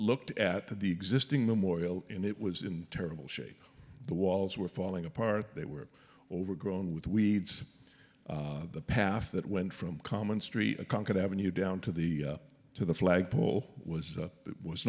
looked at the existing the morial in it was in terrible shape the walls were falling apart they were overgrown with weeds the path that went from common street a concrete avenue down to the to the flagpole was